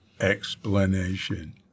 explanation